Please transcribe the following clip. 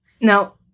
Now